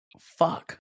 Fuck